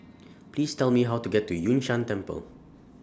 Please Tell Me How to get to Yun Shan Temple